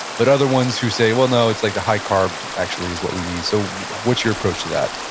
but other ones who say, well, no, it's like the high carb, actually is what we need. so what's your approach to that?